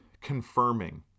confirming